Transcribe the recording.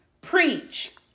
Preach